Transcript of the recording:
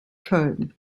köln